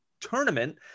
tournament